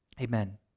Amen